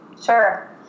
Sure